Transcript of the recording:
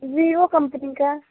Vivo company का